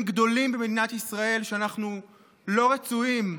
גדולים במדינת ישראל שאנחנו לא רצויים,